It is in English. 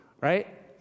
right